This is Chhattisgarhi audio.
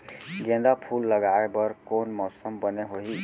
गेंदा फूल लगाए बर कोन मौसम बने होही?